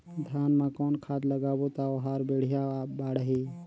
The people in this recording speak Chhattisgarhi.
धान मा कौन खाद लगाबो ता ओहार बेडिया बाणही?